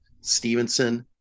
stevenson